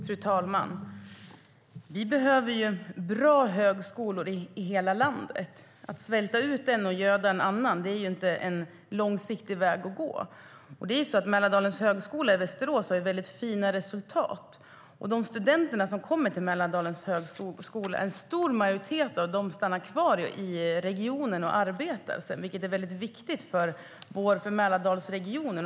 Fru talman! Vi behöver bra högskolor i hela landet. Att svälta ut en och göda en annan är inte en långsiktig väg att gå. Mälardalens högskola i Västerås har mycket fina resultat, och en majoritet av de studenter som kommer till Mälardalens högskola stannar kvar i regionen och arbetar, vilket är viktigt för Mälardalsregionen.